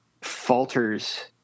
falters